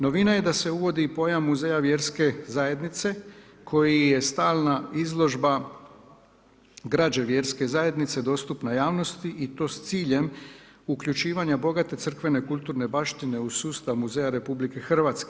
Novina je da se uvodi i pojam muzeja vjerske zajednice koji je stalna izložba građe vjerske zajednice dostupna javnosti i to s ciljem uključivanja bogate crkvene kulturne baštine u sustav muzeja RH.